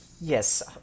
Yes